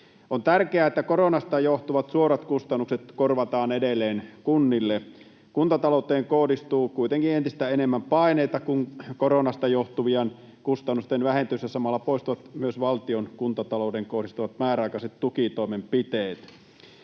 On tärkeää, että koronasta johtuvat suorat kustannukset korvataan edelleen kunnille. Kuntatalouteen kohdistuu kuitenkin entistä enemmän paineita, kun koronasta johtuvien kustannusten vähentyessä samalla poistuvat myös valtion kuntatalouteen kohdistamat määräaikaiset tukitoimenpiteet.